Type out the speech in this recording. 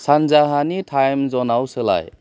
सानजाहानि time जनाव सोलाय